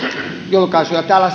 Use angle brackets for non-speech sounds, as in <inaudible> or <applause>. julkaisuja täällä <unintelligible>